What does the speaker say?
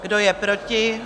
Kdo je proti?